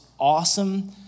awesome